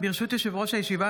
ברשות יושב-ראש הישיבה,